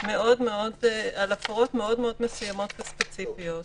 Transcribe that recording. מאוד מאוד מסוימות וספציפיות.